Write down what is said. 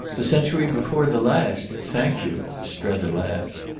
the century before the last? thank you! strether laughed.